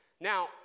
Now